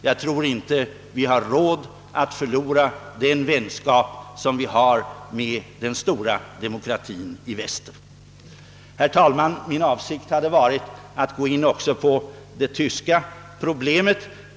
Jag tror inte att vi har råd att förlora den vänskap som vi har med den stora demokratien i väster. Herr talman! Min avsikt var att gå in också på det tyska problemet.